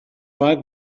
right